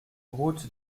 route